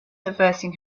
averting